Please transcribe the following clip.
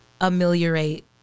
ameliorate